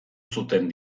zuten